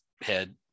head